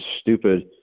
stupid